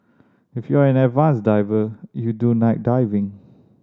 if you're an advanced diver you do night diving